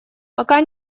пока